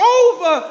over